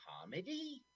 comedy